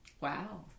Wow